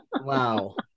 Wow